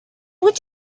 would